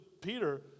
Peter